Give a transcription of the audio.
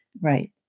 Right